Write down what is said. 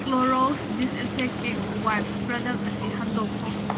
Clorox disinfecting wipes product ꯑꯁꯤ ꯍꯟꯗꯣꯛꯈꯣ